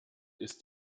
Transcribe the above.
ist